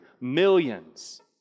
Millions